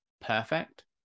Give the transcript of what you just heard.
perfect